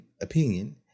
opinion